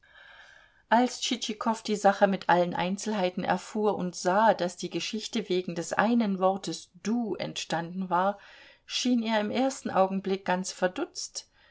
als tschitschikow die sache mit allen einzelheiten erfuhr und sah daß die geschichte wegen des einen wortes du entstanden war schien er im ersten augenblick ganz verdutzt